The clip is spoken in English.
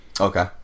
Okay